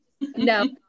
No